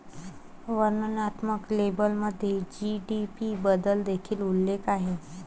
वर्णनात्मक लेबलमध्ये जी.डी.पी बद्दल देखील उल्लेख आहे